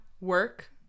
work